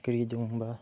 ꯀꯔꯤ ꯑꯗꯨꯒꯨꯝꯕ